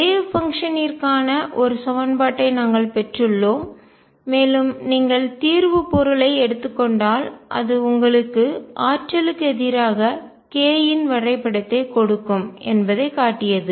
wave பங்ஷன்னிற்கான அலை செயல்பாடு ஒரு சமன்பாட்டை நாங்கள் பெற்றுள்ளோம் மேலும் நீங்கள் தீர்வு பொருள் ஐ எடுத்துக் கொண்டால் அது உங்களுக்கு ஆற்றலுக்கு எதிராக k இன் வரைபடத்தை கொடுக்கும் என்பதைக் காட்டியது